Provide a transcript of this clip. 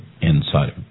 inside